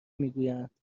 میگویند